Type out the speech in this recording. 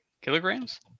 Kilograms